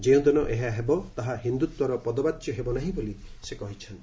ଯେଉଁଦିନ ଏହା ହେବ ତାହା ହିନ୍ଦୁତ୍ୱର ପଦବାଚ୍ୟ ହେବ ନାହିଁ ବୋଲି ସେ କହିଛନ୍ତି